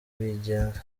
rwigenza